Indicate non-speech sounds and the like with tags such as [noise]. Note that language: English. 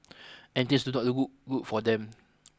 [noise] and things do not look good for them